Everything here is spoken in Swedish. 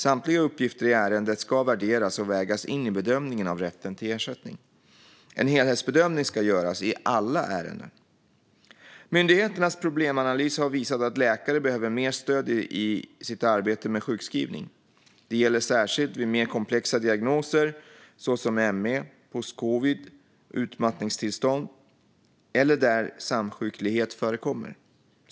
Samtliga uppgifter i ärendet ska värderas och vägas in i bedömningen av rätten till ersättning. En helhetsbedömning ska göras i alla ärenden. Myndigheternas problemanalys har visat att läkare behöver mer stöd i sitt arbete med sjukskrivning. Det gäller särskilt vid mer komplexa diagnoser såsom ME, postcovid och utmattningstillstånd eller där samsjuklighet förekommer.